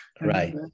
Right